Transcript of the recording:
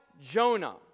Jonah